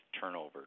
turnover